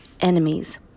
Enemies